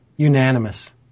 Unanimous